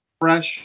fresh